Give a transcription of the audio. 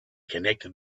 connected